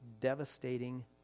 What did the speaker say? devastating